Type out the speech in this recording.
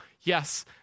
yes